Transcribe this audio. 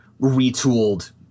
retooled